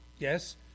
Yes